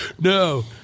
No